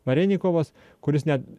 varenikovas kuris net